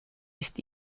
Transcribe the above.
ist